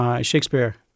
Shakespeare